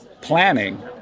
planning